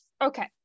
Okay